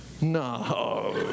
No